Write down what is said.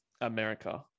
America